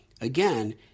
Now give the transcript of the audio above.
Again